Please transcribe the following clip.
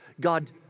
God